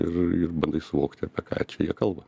ir ir bandai suvokti apie ką čia jie kalba